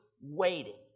waiting